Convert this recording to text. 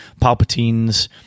Palpatine's